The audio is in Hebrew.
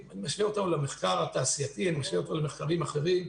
אני משווה את המחקר החקלאי למחקר התעשייתי ולמחקרים אחרים.